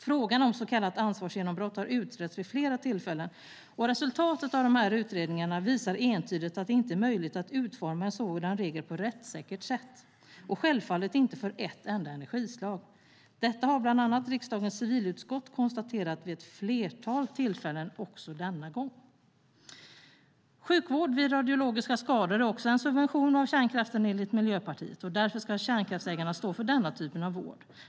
Frågan om så kallat ansvarsgenombrott har utretts vid flera tillfällen, och resultaten av utredningarna visar entydigt att det inte är möjligt att utforma en sådan regel på ett rättssäkert sätt och självfallet inte för ett enda energislag. Detta har bland annat riksdagens civilutskott konstaterat vid ett flertal tillfällen, så också denna gång. Sjukvård vid radiologiska skador är också en subvention av kärnkraften enligt Miljöpartiet. Därför ska kärnkraftsägarna stå för denna typ av vård.